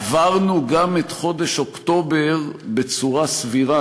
עברנו גם את חודש אוקטובר בצורה סבירה,